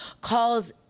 calls